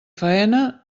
faena